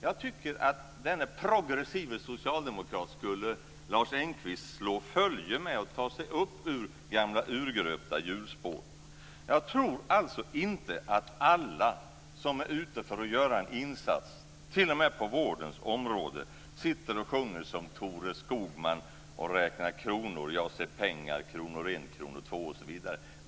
Jag tycker att Lars Engqvist skulle slå följe med denne progressive socialdemokrat och ta sig upp ur gamla urgröpta hjulspår. Jag tror inte att alla som är ute för att göra en insats, inte ens på vårdens område, som Tore Skogman sjunger sitter och räknar pengar: kronor en, kronor två osv.